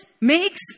makes